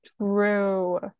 True